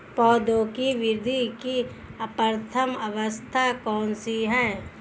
पौधों की वृद्धि की प्रथम अवस्था कौन सी है?